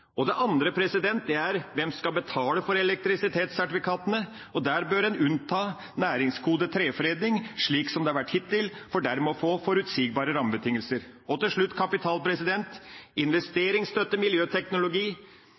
Det andre er: Hvem skal betale for elektrisitetssertifikatene? Der bør en unnta næringskodet treforedling, slik som det har vært hittil, for dermed å få forutsigbare rammebetingelser. Og til slutt: Kapital, investeringsstøtte, miljøteknologi